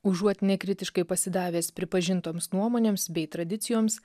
užuot nekritiškai pasidavęs pripažintoms nuomonėms bei tradicijoms